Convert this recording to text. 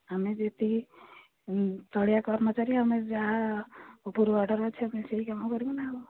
ଆମେ ଯେତିକି ତଳିଆ କର୍ମଚାରୀ ଆମେ ଯାହା ଉପରୁ ଅର୍ଡ଼ର ଅଛି ଆମେ ସେଇ କାମ କରିବୁ ନା ଆଉ